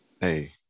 Hey